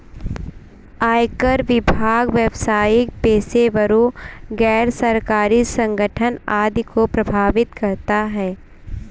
आयकर विभाग व्यावसायिक पेशेवरों, गैर सरकारी संगठन आदि को प्रभावित करता है